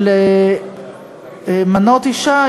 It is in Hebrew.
למנות אישה,